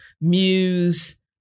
muse